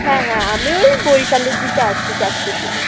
হ্যাঁ হ্যাঁ আমি ওই বৈকালের দিকে আসি চারটের সময়